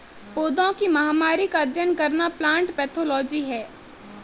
पौधों की महामारी का अध्ययन करना प्लांट पैथोलॉजी है